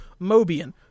Mobian